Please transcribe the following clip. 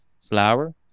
flour